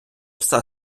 пса